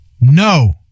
no